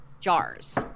jars